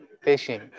Fishing